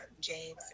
James